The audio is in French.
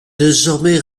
désormais